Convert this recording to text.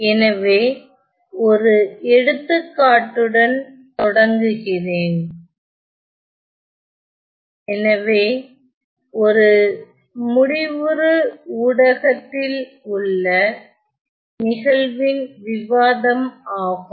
எனவே ஒரு எடுத்துக்காட்டுடன் தொடங்குகிறேன் எனவே இது ஒரு முடிவுறு ஊடகத்தில் உள்ள நிகழ்வின் விவாதம் ஆகும்